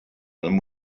them